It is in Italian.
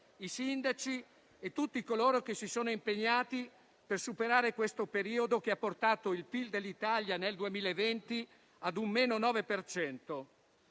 i sindaci e tutti coloro che si sono impegnati per superare questo periodo che ha portato il PIL dell'Italia nel 2020 ad un